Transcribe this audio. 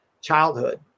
childhood